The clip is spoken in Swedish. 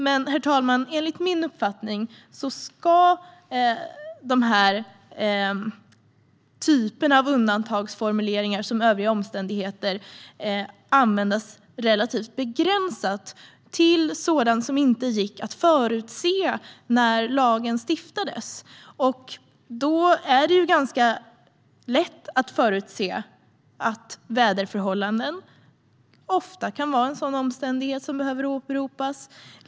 Men, herr talman, enligt min uppfattning ska typen av undantagsformuleringar som "övriga omständigheter" användas relativt begränsat och till sådant som inte gick att förutse när lagen stiftades. Det är ganska lätt att förutse att väderförhållanden liksom hälsoskäl ofta kan vara sådana omständigheter som behöver åberopas.